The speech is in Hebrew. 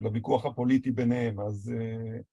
לוויכוח הפוליטי ביניהם, אז...